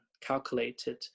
calculated